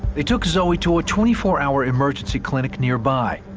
they took zoe to a twenty four hour emergency clinic nearby.